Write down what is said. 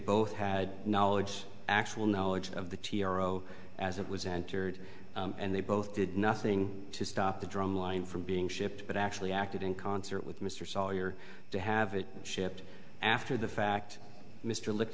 both had knowledge actual knowledge of the t r o as it was entered and they both did nothing to stop the drumline from being shipped but actually acted in concert with mr sawyer to have it shipped after the fact mr